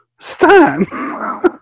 Stan